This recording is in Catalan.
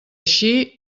així